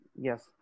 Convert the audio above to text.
Yes